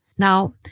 Now